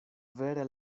vere